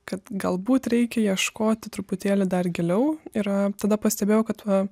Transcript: kad galbūt reikia ieškoti truputėlį dar giliau ir a tada pastebėjau kad va